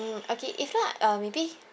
mm okay if not uh maybe